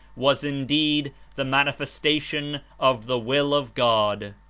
was indeed the manifestation of the will of god.